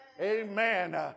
Amen